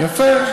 יפה.